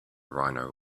rhino